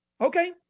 okay